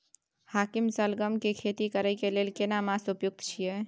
हाकीम सलगम के खेती करय के लेल केना मास उपयुक्त छियै?